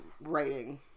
writing